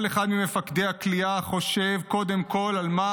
כל אחד ממפקדי הכליאה חושב קודם כל על מה